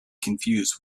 confused